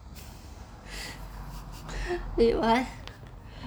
wait what